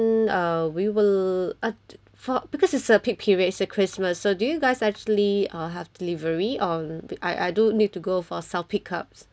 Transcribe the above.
mm uh we will at for because it's a peak period is a christmas so do you guys actually uh have delivery on I I do need to go for self pickups